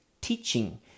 teaching